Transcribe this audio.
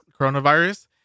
coronavirus